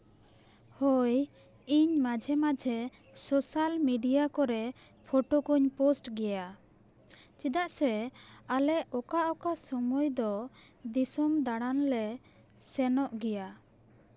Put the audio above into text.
ᱦᱳᱭ ᱤᱧ ᱢᱟᱡᱷᱮ ᱢᱟᱡᱷᱮ ᱥᱳᱥᱟᱞ ᱢᱤᱰᱤᱭᱟ ᱠᱚᱨᱮ ᱯᱷᱳᱴᱳ ᱠᱚᱧ ᱯᱳᱥᱴ ᱜᱮᱭᱟ ᱪᱮᱫᱟᱜ ᱥᱮ ᱟᱞᱮ ᱚᱠᱟ ᱚᱠᱟ ᱥᱚᱢᱚᱭ ᱫᱚ ᱫᱤᱥᱳᱢ ᱫᱟᱬᱟᱱ ᱞᱮ ᱥᱮᱱᱚᱜ ᱜᱮᱭᱟ